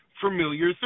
familiar